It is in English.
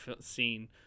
scene